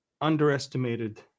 Underestimated